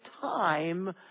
time